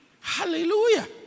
Hallelujah